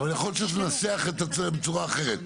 אבל אפשר לנסח את זה בצורה אחרת.